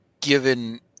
given